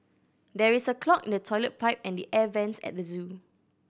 there is a clog in the toilet pipe and the air vents at the zoo